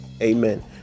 Amen